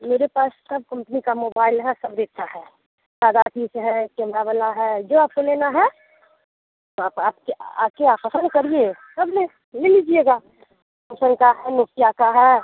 मेरे पास सब कम्पनी का मोबाइल है सभी अच्छा है है केमरा वाला है जो आपको लेना है तो आप आपके आ कर आप पसंद करिए तब ले ले लीजिएगा सेमसंग का है नोकिया का है